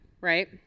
right